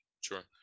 Sure